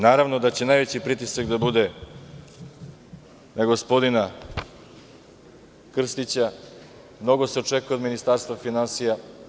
Naravno da će najveći pritisak da bude na gospodina Krstića, mnogo se očekuje od Ministarstva finansija.